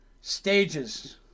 stages